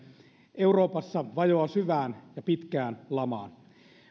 euroopassa vajoaa syvään ja pitkään lamaan